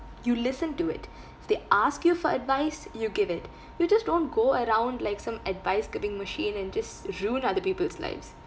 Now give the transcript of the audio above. you listen to it if they ask you for advice you give it you just don't go around like some advice giving machine and just ruin other people's lives